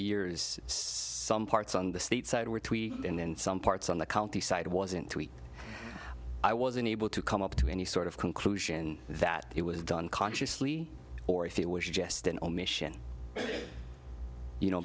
years some parts on the state side were twee and some parts on the county side wasn't too weak i wasn't able to come up to any sort of conclusion that it was done consciously or if it was jest an omission you know